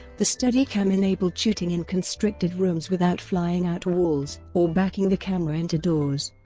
the steadicam enabled shooting in constricted rooms without flying out walls, or backing the camera into doors.